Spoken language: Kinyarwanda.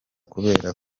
kubera